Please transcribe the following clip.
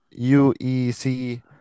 UEC